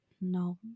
no